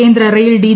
കേന്ദ്ര rail D